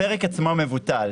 הפרק עצמו מבוטל.